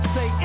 Say